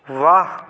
वाह